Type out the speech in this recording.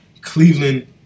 Cleveland